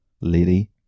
lady